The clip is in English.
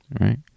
right